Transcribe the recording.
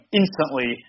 instantly